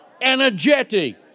energetic